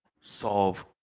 solve